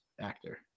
Actor